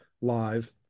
live